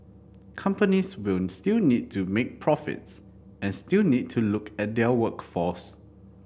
companies will still need to make profits and still need to look at their workforce